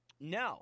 No